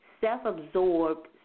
self-absorbed